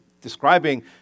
describing